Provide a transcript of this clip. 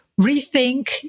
rethink